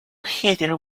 heather